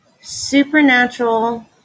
supernatural